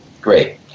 Great